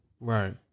Right